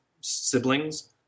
siblings